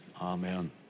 Amen